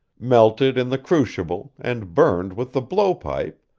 melted in the crucible, and burned with the blow-pipe,